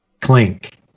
Clink